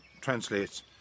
translates